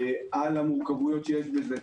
על המורכבויות שיש בזה.